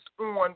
on